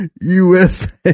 USA